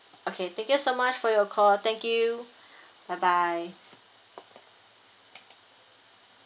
okay thank you so much for your call thank you bye bye